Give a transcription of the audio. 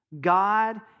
God